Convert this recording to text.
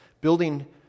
building